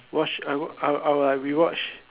watch I w~ I I will like rewatch